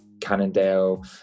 Cannondale